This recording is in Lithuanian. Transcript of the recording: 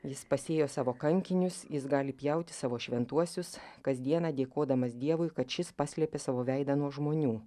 jis pasėjo savo kankinius jis gali pjauti savo šventuosius kasdieną dėkodamas dievui kad šis paslėpė savo veidą nuo žmonių